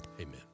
Amen